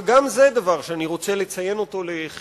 וגם זה דבר שאני רוצה לציין לחיוב,